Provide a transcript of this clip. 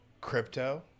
crypto